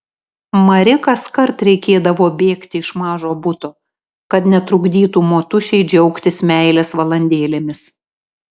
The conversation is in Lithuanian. mari kaskart reikėdavo bėgti iš mažo buto kad netrukdytų motušei džiaugtis meilės valandėlėmis